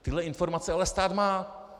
Tyhle informace ale stát má!